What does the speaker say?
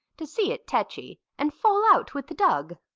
to see it tetchy, and fall out with the dug!